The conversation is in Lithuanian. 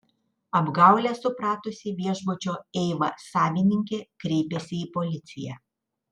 apgaulę supratusi viešbučio eiva savininkė kreipėsi į policiją